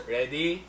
Ready